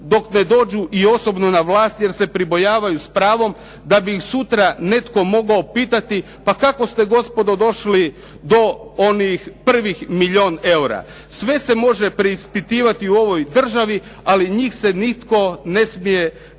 dok ne dođu i osobno na vlast, jer se pribojavaju s pravom, da bi ih sutra netko mogao pitati, pa kako ste gospodo došli do onih prvih milijun eura. Sve se može preispitivati u ovoj Državi ali njih se nitko ne smije, njih nitko